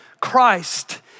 Christ